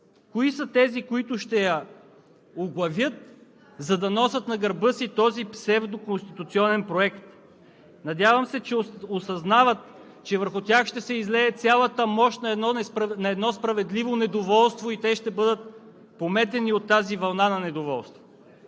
Кои са тези, които ще я оглавят, за да носят на гърба си този псевдоконституционен проект? Надявам се, че осъзнавате, че върху тях ще се излее цялата мощ на едно справедливо недоволство и те ще бъдат пометени от тази вълна на недоволство.